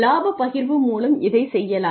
லாபப் பகிர்வு மூலம் இதைச் செய்யலாம்